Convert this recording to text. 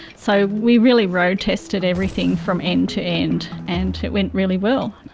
so we really road-tested everything from end to end, and it went really well.